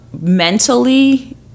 mentally